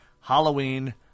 Halloween